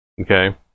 okay